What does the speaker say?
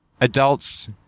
adults